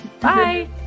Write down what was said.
Bye